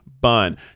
bun